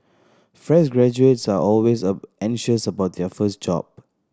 fresh graduates are always anxious about their first job